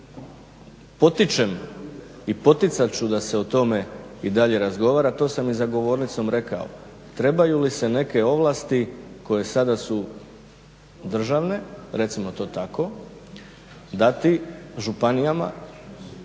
potičem i poticat ću da se o tome i dalje razgovara. To sam i za govornicom rekao. Trebaju li se neke ovlasti koje sada su državne, recimo to tako, dati županijama-regijama,